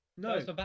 No